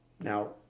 Now